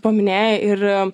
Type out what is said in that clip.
paminėjai ir